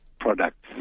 products